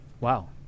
wow